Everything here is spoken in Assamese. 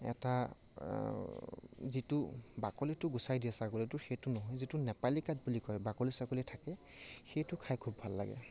এটা যিটো বাকলিটো গুচাই দিয়ে ছাগলীটোৰ সেইটো নহয় যিটো নেপালী কাট বুলি কয় বাকলিয়ে চাকলিয়ে থাকে সেইটো খাই খুব ভাল লাগে